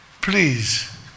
please